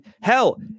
hell